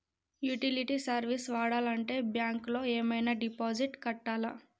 Utility service వాడాలంటే bank లో ఏమైనా డిపాజిట్ కట్టాలా?